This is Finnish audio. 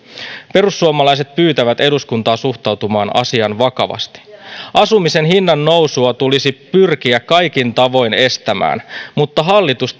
perussuomalaiset pyytävät eduskuntaa suhtautumaan asiaan vakavasti asumisen hinnan nousua tulisi pyrkiä kaikin tavoin estämään mutta hallitus